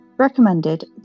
recommended